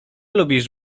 lubisz